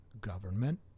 government